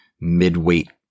mid-weight